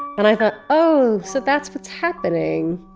and i thought oh. so that's what's happening.